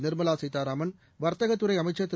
நிா்மலாசீதாராமன் வர்த்தகத்துறைஅமைச்சர் திரு